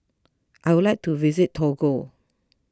I would like to visit Togo